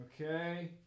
Okay